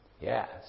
Yes